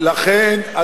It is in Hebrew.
לכן,